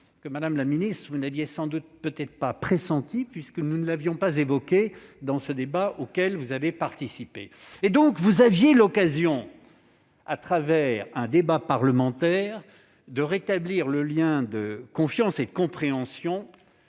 Madame la ministre, vous ne l'aviez sans doute pas pressentie, puisque nous ne l'avions pas évoquée durant ce débat auquel vous avez participé. Vous aviez donc l'occasion, au travers d'un débat parlementaire, de rétablir le lien de confiance et de compréhension